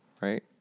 right